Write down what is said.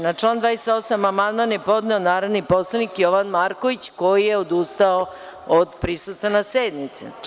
Na član 28. amandman je podneo narodni poslanik Jovan Marković, koji je odustao od prisustva na sednici.